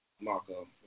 Marco